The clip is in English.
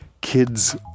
kids